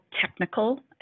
technical